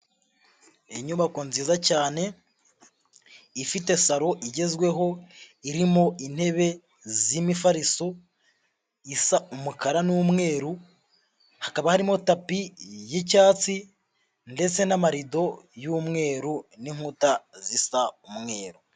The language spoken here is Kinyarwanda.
Inyubako nziza cyane, ifite salo igezweho, irimo intebe z'imifariso, isa umukara n'umweru, hakaba harimo tapi y'icyatsi ndetse n'amarido y'umweru n'inkuta zisa umweru.